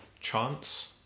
chance